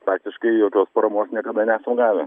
praktiškai jokios paramos niekada nesam gavę